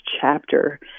chapter